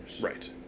Right